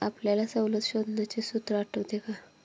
आपल्याला सवलत शोधण्याचे सूत्र आठवते का?